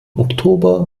oktober